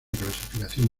clasificación